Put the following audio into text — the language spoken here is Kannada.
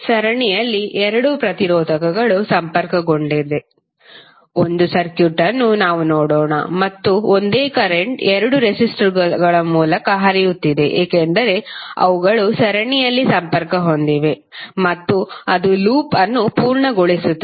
ಸರಣಿಯಲ್ಲಿ ಎರಡು ಪ್ರತಿರೋಧಕಗಳು ಸಂಪರ್ಕಗೊಂಡಿರುವ ಒಂದೇ ಸರ್ಕ್ಯೂಟ್ ಅನ್ನು ನಾವು ನೋಡೋಣ ಮತ್ತು ಒಂದೇ ಕರೆಂಟ್ವು ಎರಡೂ ರೆಸಿಸ್ಟರ್ಗಳ ಮೂಲಕ ಹರಿಯುತ್ತಿದೆ ಏಕೆಂದರೆ ಅವುಗಳು ಸರಣಿಯಲ್ಲಿ ಸಂಪರ್ಕ ಹೊಂದಿವೆ ಮತ್ತು ಅದು ಲೂಪ್ ಅನ್ನು ಪೂರ್ಣಗೊಳಿಸುತ್ತಿದೆ